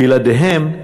בלעדיהם,